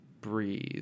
breathe